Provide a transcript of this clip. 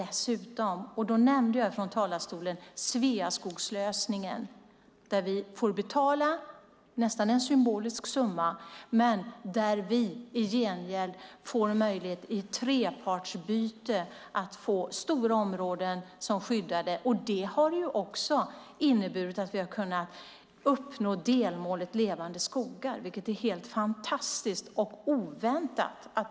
Jag nämnde från talarstolen Sveaskogslösningen. Vi betalar en symbolisk summa, men i gengäld får vi möjlighet att i ett trepartsbyte få stora områden skyddade. Det har också inneburit att vi har uppnått delmålet Levande skogar, vilket är helt fantastiskt och oväntat.